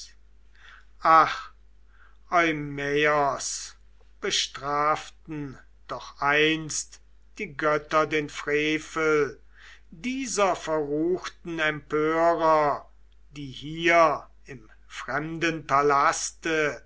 eumaios bestraften doch einst die götter den frevel dieser verruchten empörer die hier im